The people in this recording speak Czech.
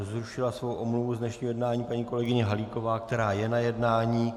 Zrušila svou omluvu z dnešního jednání paní kolegyně Halíková, která je na jednání.